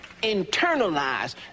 internalize